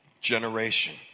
generation